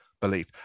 belief